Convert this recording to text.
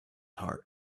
heart